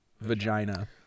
vagina